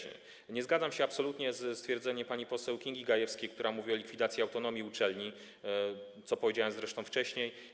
Nie zgadzam się absolutnie ze stwierdzeniem pani poseł Kingi Gajewskiej, która mówiła o likwidacji autonomii uczelni, co zresztą powiedziałem wcześniej.